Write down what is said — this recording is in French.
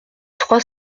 trois